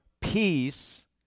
peace